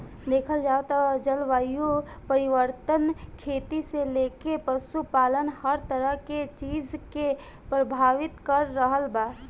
देखल जाव त जलवायु परिवर्तन खेती से लेके पशुपालन हर तरह के चीज के प्रभावित कर रहल बा